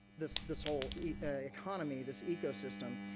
this this whole economy, this ecosystem,